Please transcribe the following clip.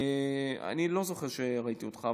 אני לא זוכר שראיתי אותך,